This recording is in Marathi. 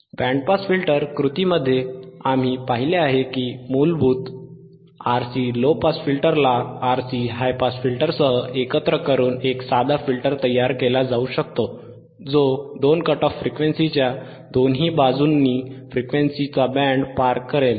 बँड पास फिल्टर कृतीमध्ये आम्ही पाहिले आहे की मूलभूत RC लो पास फिल्टरला RC हाय पास फिल्टरसह एकत्र करून एक साधा फिल्टर तयार केला जाऊ शकतो जो दोन कट ऑफ फ्रिक्वेन्सीच्या दोन्ही बाजूंनी फ्रिक्वेन्सीचा बँड पार करेल